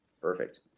Perfect